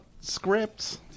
scripts